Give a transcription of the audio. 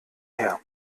her